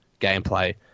gameplay